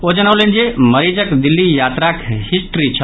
ओ जनौलनि जे मरीजक दिल्ली यात्राक हिस्ट्री छल